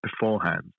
beforehand